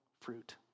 fruit